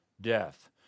death